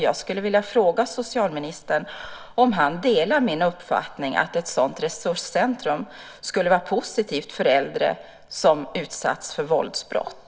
Jag skulle vilja fråga socialministern om han delar min uppfattning att ett sådant resurscentrum skulle vara positivt för äldre som utsatts för våldsbrott.